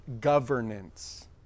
governance